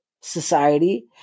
society